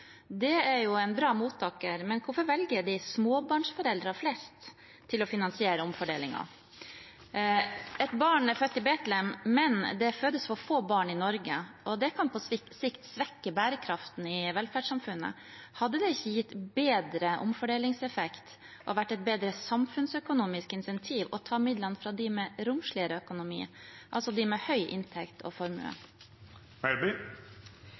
Det er jo en bra mottaker, men hvorfor velger de småbarnsforeldre flest til å finansiere omfordelingen? Et barn er født i Betlehem, men det fødes for få barn i Norge, og det kan på sikt svekke bærekraften i velferdssamfunnet. Hadde det ikke gitt bedre omfordelingseffekt og vært et bedre samfunnsøkonomisk incentiv å ta midlene fra dem fra med romsligere økonomi, altså de med høy inntekt og